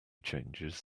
changes